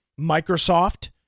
Microsoft